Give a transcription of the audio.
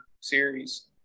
series